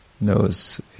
knows